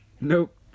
Nope